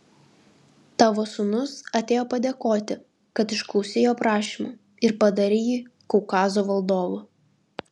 tavo sūnus atėjo padėkoti kad išklausei jo prašymo ir padarei jį kaukazo valdovu